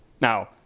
now